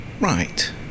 right